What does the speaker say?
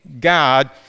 God